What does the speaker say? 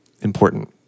important